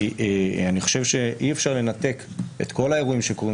אני חושב שאי אפשר לנתק את כל האירועים שקורים